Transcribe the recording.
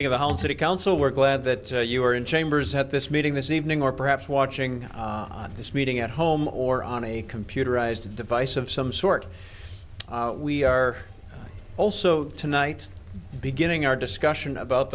city council we're glad that you are in chambers at this meeting this evening or perhaps watching on this meeting at home or on a computerized device of some sort we are also tonight beginning our discussion about